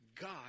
God